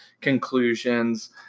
conclusions